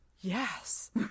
yes